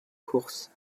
courses